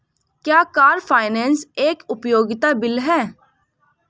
क्या car finance एक उपयोगिता बिल है?